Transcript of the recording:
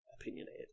opinionated